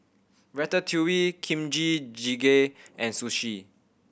Ratatouille Kimchi Jjigae and Sushi